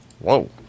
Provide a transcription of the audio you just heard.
Whoa